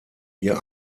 ihr